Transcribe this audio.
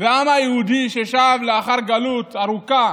העם היהודי ששב לאחר גלות ארוכה